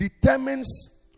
determines